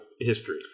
history